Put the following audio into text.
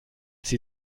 sie